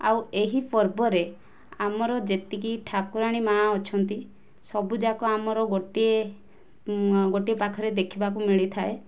ଆଉ ଏହି ପର୍ବରେ ଆମର ଯେତିକି ଠାକୁରାଣୀ ମା' ଅଛନ୍ତି ସବୁଯାକ ଆମର ଗୋଟିଏ ଗୋଟିଏ ପାଖରେ ଦେଖିବାକୁ ମିଳିଥାଏ